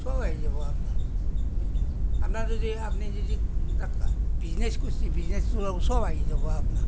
চব আহি যাব আপোনাৰ আপোনাৰ যদি আপুনি যদি বিজনেছ কৰিছে বিজনেছটো চব আহি যাব আপোনাৰ